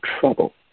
trouble